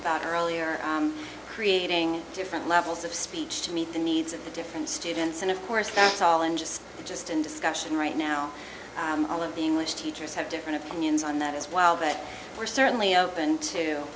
about earlier creating different levels of speech to meet the needs of the different students and of course that's all in just just in discussion right now all of the english teachers have different opinions on that as well but we're certainly open to